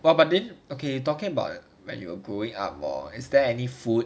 well but then okay talking about when you were growing up or is there any food